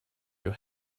your